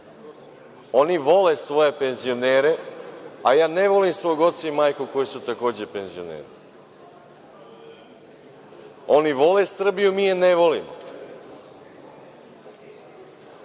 Oni vole svoje penzionere, a ja ne volim svog oca i majku koji su takođe penzioneri. Oni vole Srbiju, mi je ne volimo. Jako